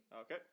Okay